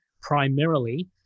primarily